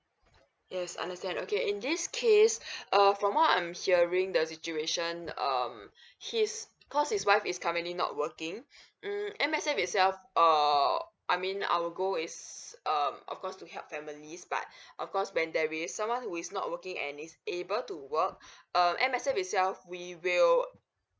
yes understand okay in this case err from what I'm hearing the situation um his because his wife is currently not working mm M_S_F itself err I mean our goal is um of course to help families but of course when there is someone who is not working and is able to work uh M_S_F itself we will